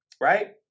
right